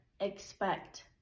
expect